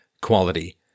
quality